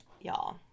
Y'all